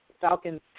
Falcon's